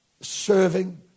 serving